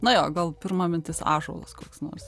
na jo gal pirma mintis ąžuolas koks nors